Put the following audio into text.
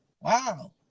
wow